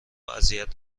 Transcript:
اذیت